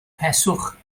peswch